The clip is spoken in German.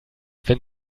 wenn